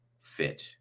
fit